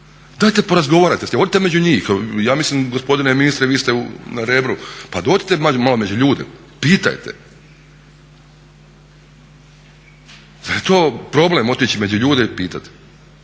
Dajte porazgovarajte, odite među njih. Ja mislim gospodine ministre vi ste na Rebru, pa odite malo među ljude, pitajte. Zar je to problem otići među ljude i pitati